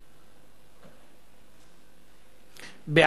2), התשע"א 2011, נתקבל.